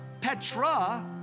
Petra